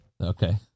Okay